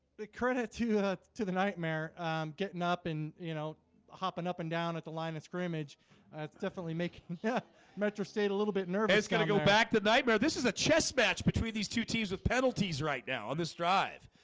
credit to to the nightmare getting up and you know hopping up and down at the line of scrimmage it's definitely making. yeah metro stayed a little bit nervous. it's gonna go back to nightmare this is a chess match between these two teams with penalties right now on this drive